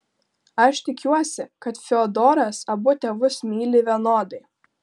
aš tikiuosi kad fiodoras abu tėvus myli vienodai